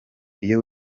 iyo